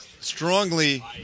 strongly